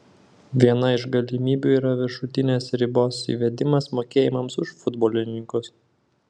viena iš galimybių yra viršutinės ribos įvedimas mokėjimams už futbolininkus